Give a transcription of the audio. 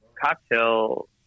cocktail